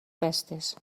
pestes